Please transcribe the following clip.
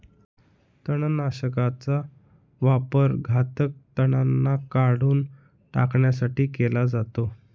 तणनाशकाचा वापर घातक तणांना काढून टाकण्यासाठी केला जातो